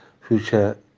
future